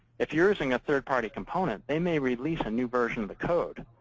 if you're using a third-party component, they may release a new version of the code.